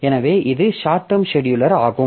எனவே இது short term scheduler ஆகும்